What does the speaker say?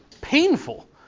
painful